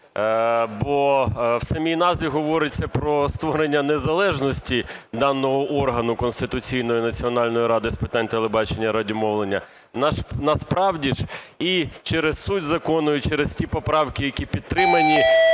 Бо в самій назві говориться про створення незалежності даного конституційного органу – Національної ради з питань телебачення і радіомовлення. Насправді ж і через суть закону, і через ті поправки, які підтримані,